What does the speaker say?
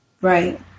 Right